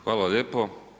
Hvala lijepo.